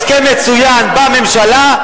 הסכם מצוין בממשלה.